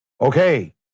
Okay